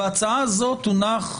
וההצעה הזאת תונח,